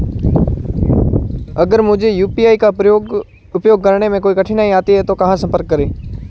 अगर मुझे यू.पी.आई का उपयोग करने में कोई कठिनाई आती है तो कहां संपर्क करें?